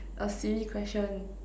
a silly question